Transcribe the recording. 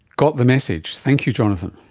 got the message. thank you jonathan.